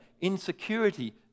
insecurity